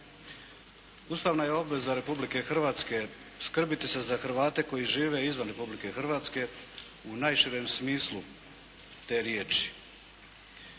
Ustavna je obveza Republike Hrvatske skrbiti se za Hrvate koji žive izvan Republike Hrvatske u najširem smislu te riječi.